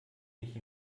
mich